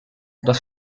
das